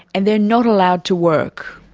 and they're not allowed to work.